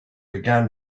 began